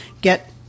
get